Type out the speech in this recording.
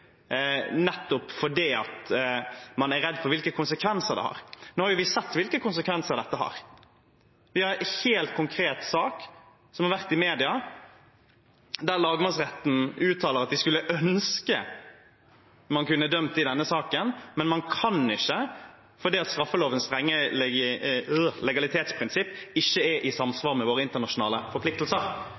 nettopp fordi man er redd for hvilke konsekvenser det har. Nå har vi sett hvilke konsekvenser dette har. Vi har sett en helt konkret sak som har vært i mediene, der lagmannsretten uttaler at de skulle ønske man kunne dømt i denne saken, men man kan ikke, fordi straffelovens strenge legalitetsprinsipp ikke er i samsvar med våre internasjonale forpliktelser.